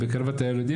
מהר מאוד,